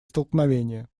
столкновения